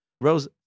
rose